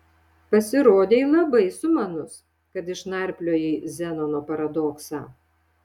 pasirodei labai sumanus kad išnarpliojai zenono paradoksą